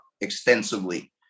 extensively